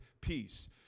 peace